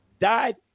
died